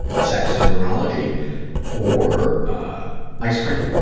sex and neurology or ice cream,